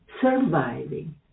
surviving